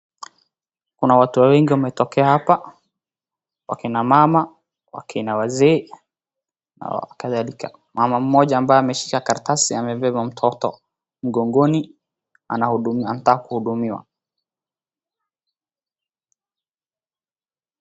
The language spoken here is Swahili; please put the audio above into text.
Kuna watu wengi wametokea hapa, wakina mama, wakina wazee na kadhalika. Mama mmoja ambaye ameshika karatasi amebeba mtoto mgongoni anataka kuhudumiwa.